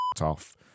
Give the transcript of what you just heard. off